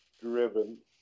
driven